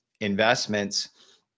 investments